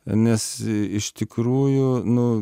nes iš tikrųjų nu